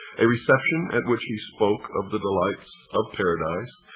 a reception at which he spoke of the delights of paradise.